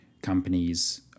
Companies